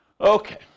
Okay